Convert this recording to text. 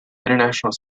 international